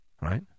right